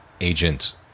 agent